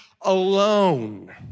alone